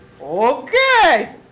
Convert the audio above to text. Okay